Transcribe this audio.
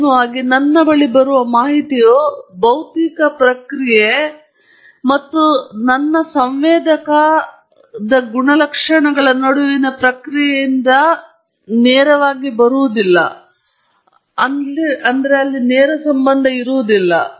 ಅಂತಿಮವಾಗಿ ನನ್ನ ಬಳಿ ಬರುವ ಮಾಹಿತಿಯು ಪ್ರಕ್ರಿಯೆ ಭೌತಿಕ ಪ್ರಕ್ರಿಯೆ ಮತ್ತು ನಾನು ಸಂವೇದಕ ಮತ್ತು ಆ ಸೆನ್ಸರ್ ಗುಣಲಕ್ಷಣಗಳ ನಡುವಿನ ಪ್ರಕ್ರಿಯೆಯಿಂದ ನೇರವಾಗಿ ಅಲ್ಲ